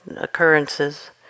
occurrences